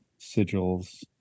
sigils